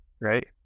right